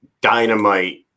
dynamite